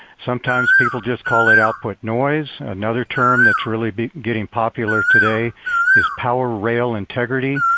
sometimes people just call it output noise. another term that's really getting popular today is power rail integrity.